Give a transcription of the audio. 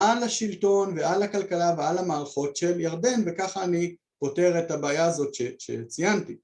על השלטון ועל הכלכלה ועל המערכות של ירדן וככה אני פותר את הבעיה הזאת שציינתי